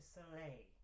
Soleil